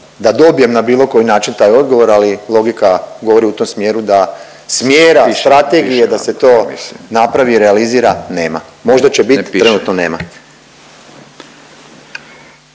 da dobijem na bilo koji način taj odgovor, ali logika govori u tom smjeru da smjera i strategije da se to napravi i realizira nema, možda će bit, trenutno nema.